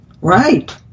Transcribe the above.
Right